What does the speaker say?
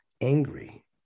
Angry